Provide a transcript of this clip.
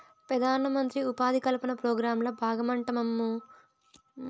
పెదానమంత్రి ఉపాధి కల్పన పోగ్రాంల బాగమంటమ్మను ఈ సీడ్ మనీ అనేది